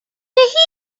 heather